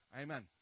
Amen